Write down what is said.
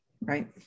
right